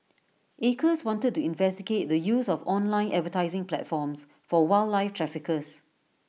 acres wanted to investigate the use of online advertising platforms for wildlife traffickers